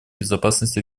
безопасность